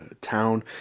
town